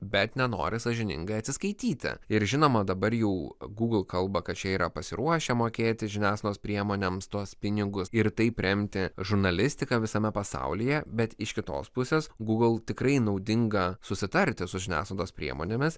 bet nenori sąžiningai atsiskaityti ir žinoma dabar jau gūgl kalba kad čia yra pasiruošę mokėti žiniasklaidos priemonėms tuos pinigus ir taip remti žurnalistiką visame pasaulyje bet iš kitos pusės gūgl tikrai naudinga susitarti su žiniasklaidos priemonėmis